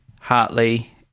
Hartley